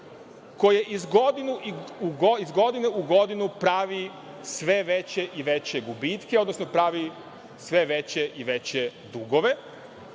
koje iz godine u godinu pravi sve veće i veće gubitke, odnosno pravi sve veće i veće dugove,